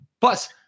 Plus